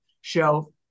show